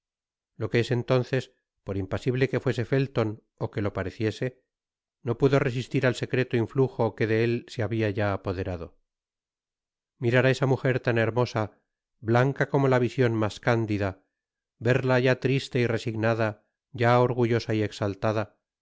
lo que es entonces por impasible que fuese felton ó que lo pareciese no pudo resistir al secreto influjo que de él se habia ya apoderado mirar á esa mujer tan hermosa blanca como la yision mas candida verla ya triste y resignada ya orgullosa y exaltada